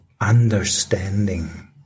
understanding